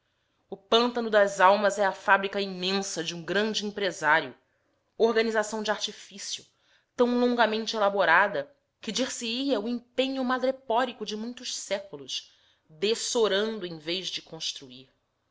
o pântano das almas é a fábrica imensa de um grande empresário organização de artifício tão longamente elaborada que dir-se-ia o empenho madrepórico de muitos séculos dessorando em vez de construir